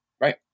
right